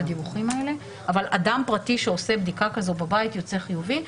הדיווחים האלה אבל אדם פרטי שעושה בדיקה כזאת בבית ויוצא חיובי,